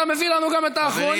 ואתה מביא לנו גם את האחרונים?